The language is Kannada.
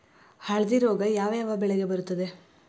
ಹಳದಿ ರೋಗ ಯಾವ ಯಾವ ಬೆಳೆಗೆ ಬರುತ್ತದೆ?